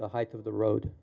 the height of the road